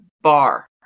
bar